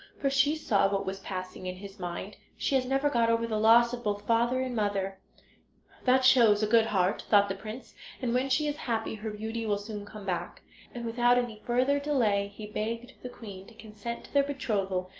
for she saw what was passing in his mind. she has never got over the loss of both father and mother that shows a good heart thought the prince and when she is happy her beauty will soon come back and without any further delay he begged the queen to consent to their betrothal,